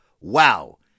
wow